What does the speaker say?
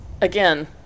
again